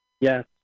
yes